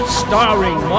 starring